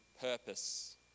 purpose